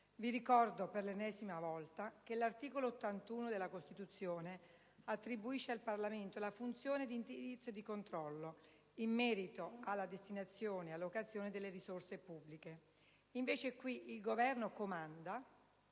Vi ricordo, per l'ennesima volta, che l'articolo 81 della Costituzione attribuisce al Parlamento la funzione di indirizzo e di controllo in merito alla destinazione ed allocazione delle risorse pubbliche. Invece, il Governo qui comanda